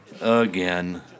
Again